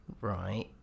Right